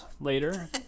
later